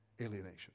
alienation